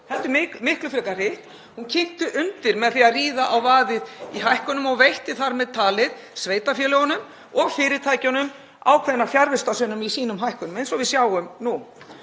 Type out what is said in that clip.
heldur miklu frekar hitt. Hún kynti undir með því að ríða á vaðið í hækkunum og veitti þar með talið sveitarfélögum og fyrirtækjum ákveðna fjarvistarsönnun í sínum hækkunum, eins og við sjáum nú.